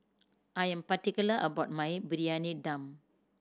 I am particular about my Briyani Dum